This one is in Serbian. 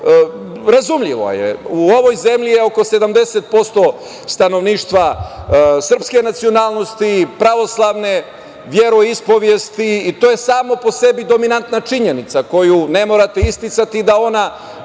razumljivo je, u ovoj zemlji, je oko 70% stanovništva srpske nacionalnosti, pravoslavne veroispovesti i to je samo po sebi dominanta činjenica koju ne morate isticati. Ona